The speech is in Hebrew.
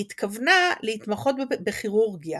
היא התכוונה להתמחות בכירורגיה